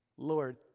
Lord